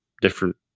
different